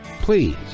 Please